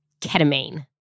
ketamine